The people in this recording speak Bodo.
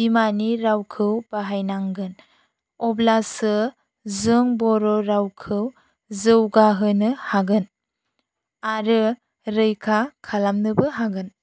बिमानि रावखौ बाहायनांगोन अब्लासो जों बर' रावखौ जौगाहोनो हागोन आरो रैखा खालामनोबो हागोन